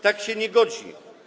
Tak się nie godzi.